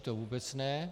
To vůbec ne.